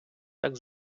так